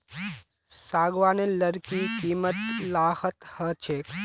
सागवानेर लकड़ीर कीमत लाखत ह छेक